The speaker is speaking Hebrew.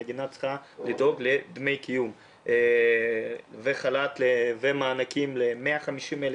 המדינה צריכה לדאוג לדמי קיום וחל"ת ומענקים ל-150,000